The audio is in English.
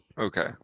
Okay